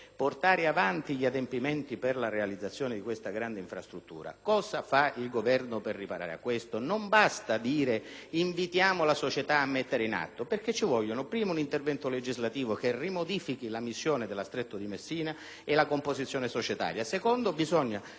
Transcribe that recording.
portare avanti gli adempimenti per la realizzazione di questa grande infrastruttura; cosa fa il Governo attuale per riparare a questo? Non basta dire: «Invitiamo la società a mettere in atto». Serve in primo luogo un intervento legislativo che rimodifichi la missione della Stretto di Messina S.p.a e la composizione societaria. In secondo luogo,